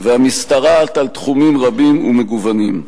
והמשתרעת על תחומים רבים ומגוונים.